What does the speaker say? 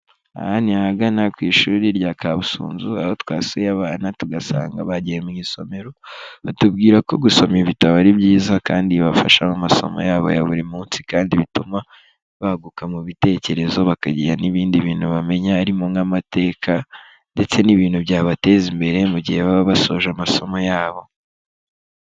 Aha ni ahagana ku ishuri rya Kabusunzu. Aho twasuye abana tugasanga bagiye mu isomero. Batubwira ko gusoma ibitabo ari byiza kandi bibafasha amasomo yabo ya buri munsi. Kandi bituma baguka mu bitekerezo bakagira n'ibindi bintu bamenya harimo nk'amateka, ndetse n'ibintu byabateza imbere mu gihe baba basoje amasomo yabo.